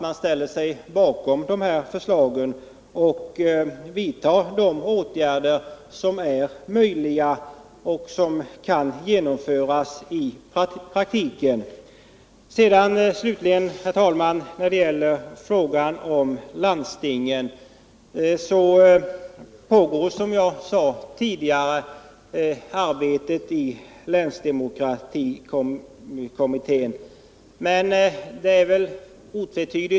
Man kommer säkerligen att vidta åtgärder för att sådana förslag skall kunna genomföras i praktiken. Slutligen, herr talman, vill jag upprepa vad jag sade tidigare, nämligen att det pågår ett arbete i länsdemokratikommittén omkring dessa frågor.